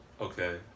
Okay